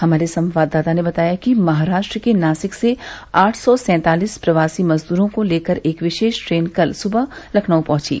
हमारे संवाददाता ने बताया कि महाराष्ट्र के नासिक से आठ सौ सैंतालीस प्रवासी मजदूरों को लेकर एक विशेष ट्रेन कल सुबह लखनऊ पहँची